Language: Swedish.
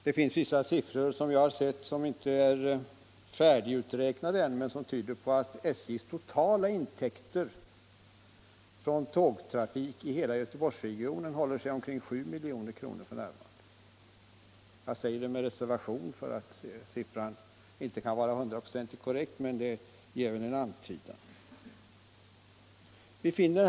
Det finns vissa siffror som — även om alla siffror i detta sammanhang ännu inte tagits fram — tyder på att SJ:s totala intäkter från tågtrafiken i hela Göteborgsregionen f.n. håller sig kring 7 milj.kr. Jag reserverar mig för att siffran kanske inte är hundraprocentigt korrekt, men den ger ändå en antydan om storleksordningen av denna intäkt.